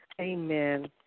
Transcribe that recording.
Amen